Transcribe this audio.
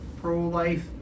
pro-life